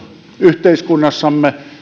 yhteiskunnassamme